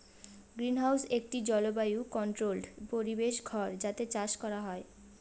greenhouse একটি জলবায়ু controlled পরিবেশ ঘর যাতে চাষ করা হয়